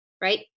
right